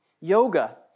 yoga